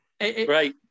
right